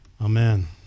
Amen